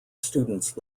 students